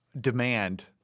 demand